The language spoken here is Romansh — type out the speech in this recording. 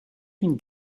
fin